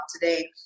today